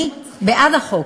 אני בעד החוק,